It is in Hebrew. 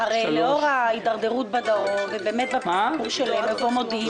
לאור ההידרדרות בדרום ובסיפור של מבוא מודיעין,